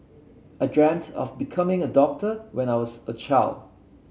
I dreamt of becoming a doctor when I was a child